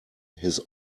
his